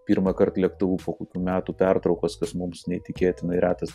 pirmąkart lėktuvu po kokių metų pertraukos kas mums neįtikėtinai retas